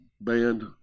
band